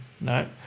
No